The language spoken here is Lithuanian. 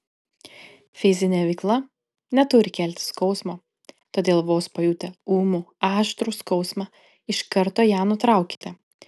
fizinė veikla neturi kelti skausmo todėl vos pajutę ūmų aštrų skausmą iš karto ją nutraukite